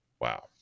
Wow